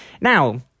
Now